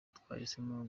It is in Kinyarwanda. twahisemo